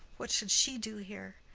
what should she do here?